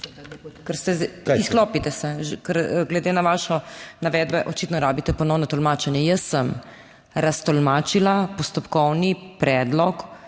Ker se ... Izklopite se, ker glede na vaše navedbe očitno rabite ponovno tolmačenje. Jaz sem raztolmačila postopkovni predlog